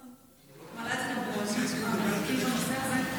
את כל הזמן מעלה את זה כאן בנאומים המרתקים בנושא הזה,